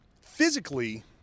Physically